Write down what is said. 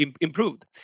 improved